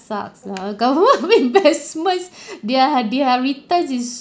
sucks lah government investments their their return is